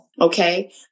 Okay